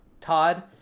Todd